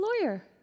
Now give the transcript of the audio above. lawyer